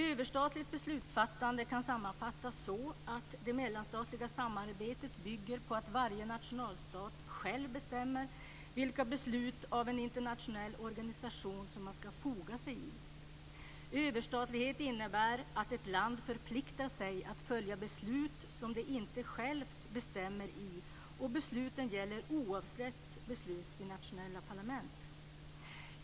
Överstatligt beslutsfattande kan sammanfattas så, att det mellanstatliga samarbetet bygger på att varje nationalstat själv bestämmer vilka beslut fattade av en internationell organisation som man ska foga sig i. Överstatlighet innebär att ett land förpliktar sig att följa beslut som det inte självt instämmer i, och besluten gäller oavsett beslut i nationella parlament.